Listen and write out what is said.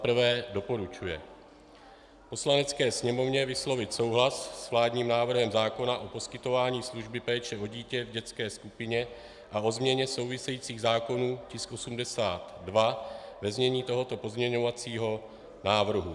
I. doporučuje Poslanecké sněmovně vyslovit souhlas s vládním návrhem zákona o poskytování služby péče o dítě v dětské skupině a o změně souvisejících zákonů, tisku 82, ve znění tohoto pozměňovacího návrhu: